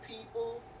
people